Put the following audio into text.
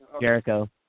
Jericho